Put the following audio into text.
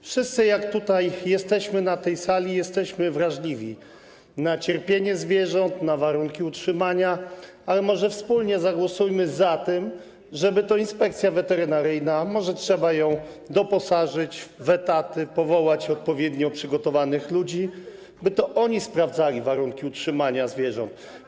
Wszyscy, jak tutaj jesteśmy na tej sali, jesteśmy wrażliwi na cierpienie zwierząt, na warunki ich utrzymania, ale może wspólnie zagłosujmy za tym, żeby to Inspekcja Weterynaryjna - może trzeba ją doposażyć w etaty, powołać odpowiednio przygotowanych ludzi - sprawdzała te warunki utrzymania zwierząt.